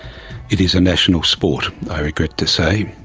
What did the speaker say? it is a national sport, i regret to say,